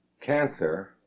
cancer